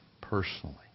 personally